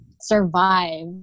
survive